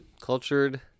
Cultured